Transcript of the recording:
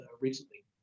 recently